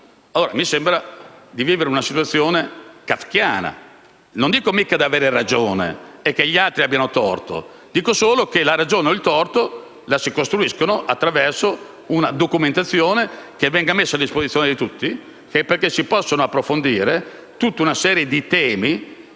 Mi sembra allora di vivere una situazione kafkiana. Non dico che ho ragione io e gli altri torto; dico solo che la ragione o il torto si costruiscono attraverso una documentazione che viene messa a disposizione di tutti affinché si possano approfondire tutta una serie di temi